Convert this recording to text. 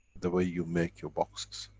the way you make your boxes.